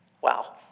Wow